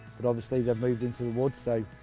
but, obviously they've moved into the woods,